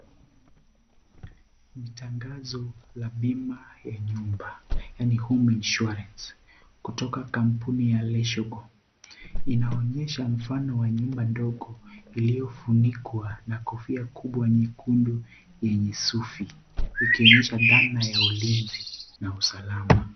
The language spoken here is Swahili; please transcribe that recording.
Ni tangazo la bima ya nyumba, yaani Home Insurance kutoka kampuni ya Letshego, inaonyesha mfano wa nyumba ndogo iliofunikwa na kofia kubwa nyekundu ilisufi ikionyesha thana ya ulinzi na usalama.